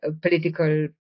political